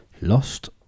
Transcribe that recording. Lost